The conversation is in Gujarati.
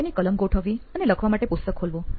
તેની કલમ ગોઠવવી અને લખવા માટે પુસ્તક ખોલવુ